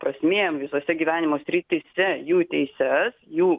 prasmėm visose gyvenimo srityse jų teises jų